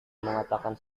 mengatakan